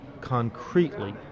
concretely